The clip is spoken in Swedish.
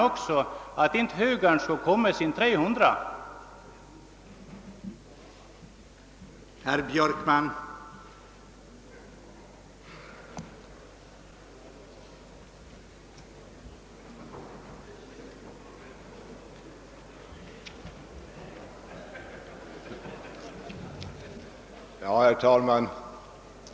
Då skulle väl inte högern komma med sina 300 ledamöter i både motion och reservation !